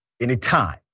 anytime